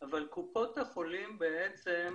אבל לדעתנו